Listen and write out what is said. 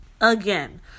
again